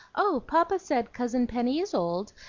oh, papa said cousin penny is old,